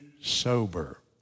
sober